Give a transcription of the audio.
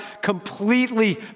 completely